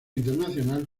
internacional